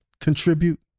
contribute